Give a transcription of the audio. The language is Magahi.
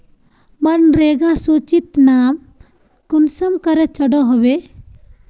मनरेगा सूचित नाम कुंसम करे चढ़ो होबे?